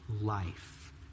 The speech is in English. life